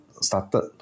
started